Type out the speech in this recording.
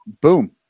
Boom